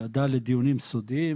ועדה לדיונים סודיים,